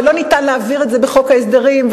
ואי-אפשר להעביר את זה בחוק ההסדרים,